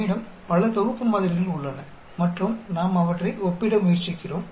நம்மிடம் பல தொகுப்பு மாதிரிகள் உள்ளன மற்றும் நாம் அவற்றை ஒப்பிட முயற்சிக்கிறோம்